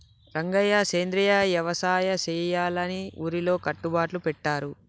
రంగయ్య సెంద్రియ యవసాయ సెయ్యాలని ఊరిలో కట్టుబట్లు పెట్టారు